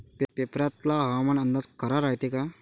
पेपरातला हवामान अंदाज खरा रायते का?